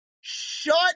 shut